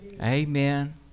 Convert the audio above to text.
Amen